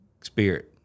Spirit